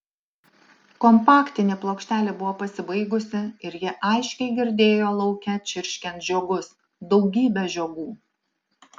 kompaktinė plokštelė buvo pasibaigusi ir ji aiškiai girdėjo lauke čirškiant žiogus daugybę žiogų